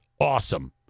awesome